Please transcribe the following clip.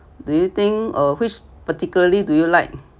do you think uh which particularly do you like